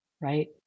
Right